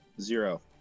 Zero